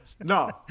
No